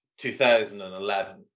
2011